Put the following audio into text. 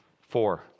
Four